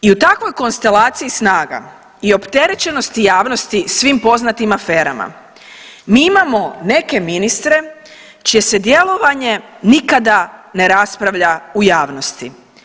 I u takvoj konstelaciji snaga i opterećenosti javnosti svim poznatim aferama mi imamo neke ministre čije se djelovanje nikada ne raspravlja u javnosti.